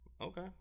Okay